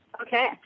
Okay